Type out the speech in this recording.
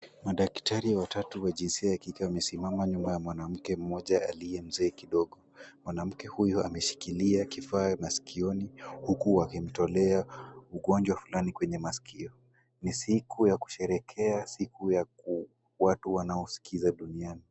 Madaktari watatu wa jinsia ya kike wamesimama nyuma ya mwanamke mmoja aliye mzee kidogo. Mwanamke huyu ameshikilia kifaa masikioni, huku wakimtolea ugonjwa fulani kwenye masikio. Ni siku ya kusherehekea siku ya watu wanaosikiza duniani.